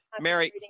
Mary